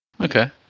Okay